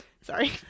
Sorry